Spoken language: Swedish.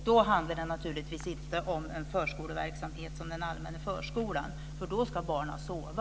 Då handlar det naturligtvis inte om en förskoleverksamhet som den allmänna förskolan, utan då ska barnen sova.